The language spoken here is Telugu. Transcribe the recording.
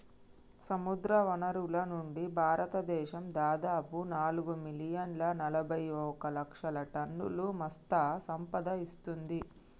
సముద్రవనరుల నుండి, భారతదేశం దాదాపు నాలుగు మిలియన్ల నలబైఒక లక్షల టన్నుల మత్ససంపద ఇస్తుంది